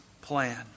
plan